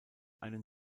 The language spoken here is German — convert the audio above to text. einen